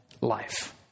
Life